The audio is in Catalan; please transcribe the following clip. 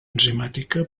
enzimàtica